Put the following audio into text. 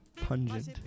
pungent